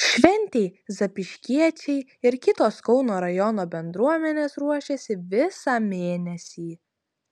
šventei zapyškiečiai ir kitos kauno rajono bendruomenės ruošėsi visą mėnesį